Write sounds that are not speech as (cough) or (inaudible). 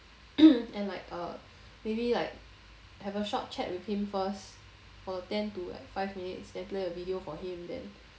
(coughs) and like uh maybe like have a short chat with him first for ten to like five minutes then play the video for him then